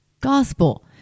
gospel